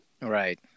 Right